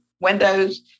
windows